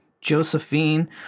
Josephine